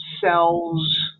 cells